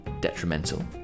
detrimental